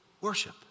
worship